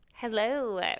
Hello